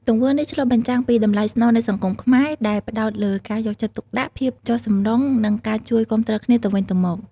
ទង្វើនេះឆ្លុះបញ្ចាំងពីតម្លៃស្នូលនៃសង្គមខ្មែរ ដែលផ្ដោតលើការយកចិត្តទុកដាក់ ភាពចុះសម្រុង និងការជួយគាំទ្រគ្នាទៅវិញទៅមក។